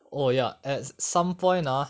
oh ya at some point ah